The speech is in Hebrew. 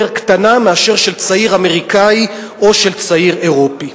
קטנה מאשר של צעיר אמריקני או של צעיר אירופי.